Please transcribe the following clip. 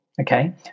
Okay